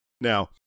Now